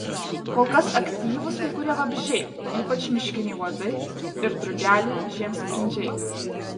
kol kas aktyvūs kai kurie vabzdžiai ypač miškiniai uodai ir drugeliai žiemsprindžiai